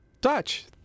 Dutch